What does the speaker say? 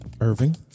Irving